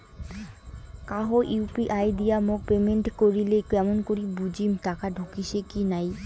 কাহো ইউ.পি.আই দিয়া মোক পেমেন্ট করিলে কেমন করি বুঝিম টাকা ঢুকিসে কি নাই?